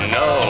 no